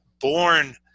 born